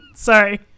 Sorry